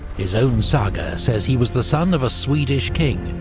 his own saga says he was the son of a swedish king,